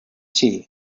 tea